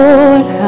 Lord